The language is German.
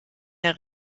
der